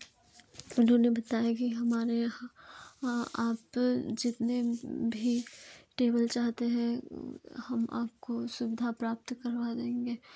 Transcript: उन्होंने बताया कि हमारे यहाँ आप जितने भी टेबल चाहते हैं हम आपको सुविधा प्राप्त करवा देंगे